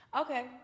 Okay